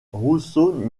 rousseau